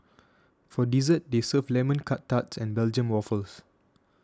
for dessert they serve Lemon Curt Tarts and Belgium Waffles